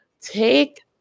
Take